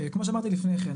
כמו שאמרתי לפני כן,